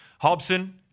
Hobson